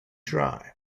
try